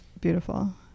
beautiful